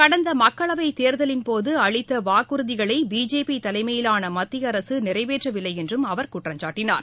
கடந்த மக்களவை தேர்தலின் போது அளித்த வாக்குறுதிகளை பிஜேபி தலைமையிலான மத்திய அரசு நிறைவேற்றவில்லை என்றும் அவர் குற்றம் சாட்டினார்